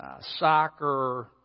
soccer